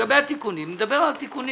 לגבי התיקונים נדבר על התיקונים.